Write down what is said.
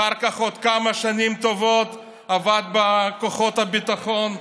אחר כך, עוד כמה שנים טובות עבד בכוחות הביטחון,